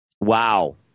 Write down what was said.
wow